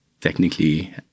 technically